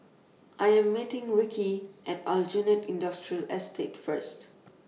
I Am meeting Rikki At Aljunied Industrial Estate First